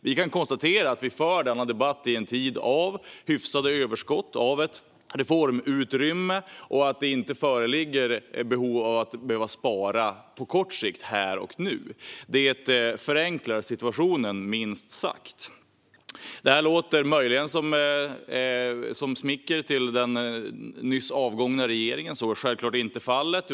Vi kan konstatera att vi för denna debatt i en tid av hyfsade överskott och reformutrymme och att det inte föreligger något behov av att spara på kort sikt, här och nu. Detta förenklar situationen, minst sagt. Det här låter möjligen som smicker riktat till den nyss avgångna regeringen, men så är självklart inte fallet.